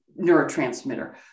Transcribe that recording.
neurotransmitter